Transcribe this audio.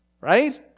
right